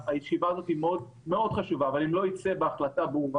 הישיבה הזאת מאוד חשובה אבל אם לא תצא החלטה ברורה